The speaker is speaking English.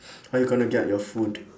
how you gonna get your food